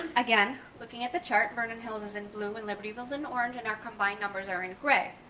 again, looking at the chart, vernon hills is in blue and libertyville is in orange and our combined numbers are in gray.